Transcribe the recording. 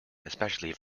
especially